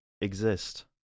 Exist